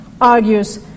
argues